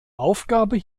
aufgabe